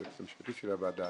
ליועץ המשפטי של הוועדה,